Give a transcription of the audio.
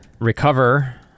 Recover